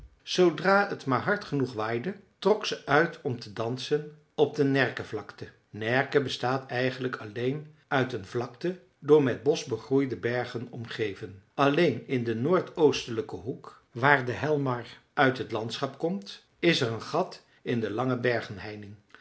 zoodra het maar hard genoeg waaide trok ze uit om te dansen op de närke vlakte närke bestaat eigenlijk alleen uit een vlakte door met bosch begroeide bergen omgeven alleen in den noordoostelijken hoek waar de hjälmar uit het landschap komt is er een gat in de lange